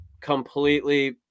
completely